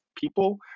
people